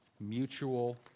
Mutual